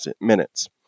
minutes